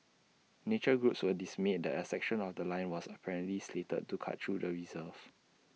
nature groups were dismayed that A section of The Line was apparently slated to cut through the reserve